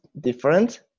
different